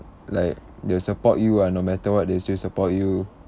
like they'll support you ah no matter what they still support you